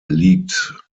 liegt